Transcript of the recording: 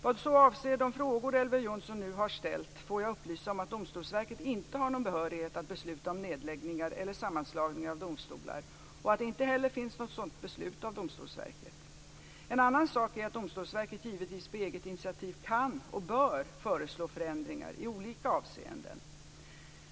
Vad så avser de frågor Elver Jonsson nu har ställt får jag upplysa om att Domstolsverket inte har någon behörighet att besluta om nedläggningar eller sammanslagningar av domstolar och att det inte heller finns något sådant beslut av Domstolsverket. En annan sak är att Domstolsverket givetvis på eget initiativ kan och bör föreslå förändringar i olika avseenden.